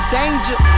danger